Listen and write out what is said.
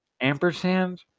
Ampersand